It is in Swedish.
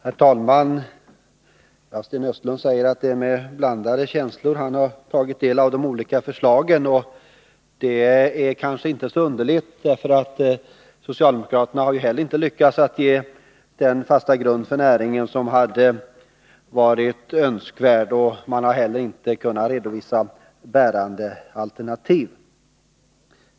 Herr talman! Sten Östlund säger att det är med blandade känslor han har tagit del av de olika förslagen, och det är kanske inte så underligt, för socialdemokraterna har ju inte lyckats lägga den fasta grund för varvsnäringen som hade varit önskvärd. Man har inte heller kunnat redovisa bärande alternativ.